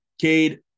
Cade